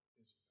Israel